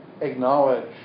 acknowledge